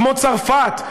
כמו צרפת,